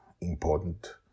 important